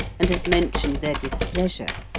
and have mentioned their displeasure.